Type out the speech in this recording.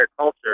culture